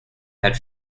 had